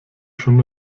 schon